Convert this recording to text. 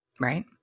right